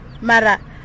mara